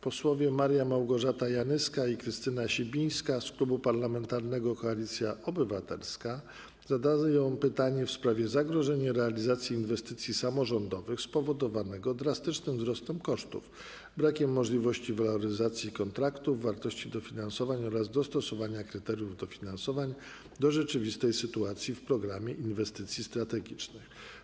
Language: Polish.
Posłowie Maria Małgorzata Janyska i Krystyna Sibińska z Klubu Parlamentarnego Koalicja Obywatelska zadadzą pytanie w sprawie zagrożenia realizacji inwestycji samorządowych spowodowanego drastycznym wzrostem kosztów, brakiem możliwości waloryzacji kontraktów, wartości dofinansowań oraz dostosowania kryteriów dofinansowań do rzeczywistej sytuacji w Programie Inwestycji Strategicznych.